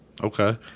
Okay